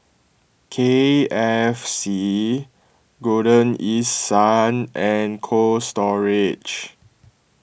K F C Golden East Sun and Cold Storage